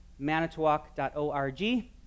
Manitowoc.org